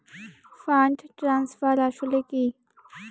Fund transfer আসলে কী?